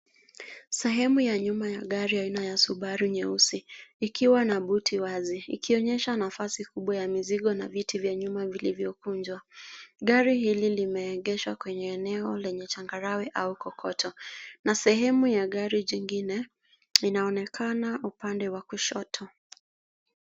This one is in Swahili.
Sehemu ya nyuma ya gari ya aina ya subaru nyeusi ikiwa na buti wazi ikionyesha nafasi kubwa ya mizigo na viti vya nyuma vilivyo kunjwa. Gari hili limeegeshwa kwenye eneo lenye changarawe au kokoto na sehemu ya gari jingine linaonekana upande wa kushoto.